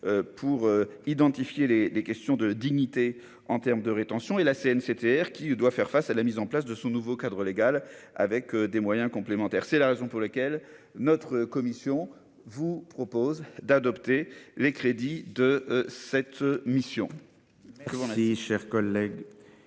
pour identifier les les questions de dignité en termes de rétention et la CNCTR qui doit faire face à la mise en place de son nouveau cadre légal avec des moyens complémentaires, c'est la raison pour laquelle notre commission vous propose d'adopter les crédits de cette mission. Comment si chers collègue